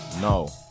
No